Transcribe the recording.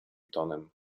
tonem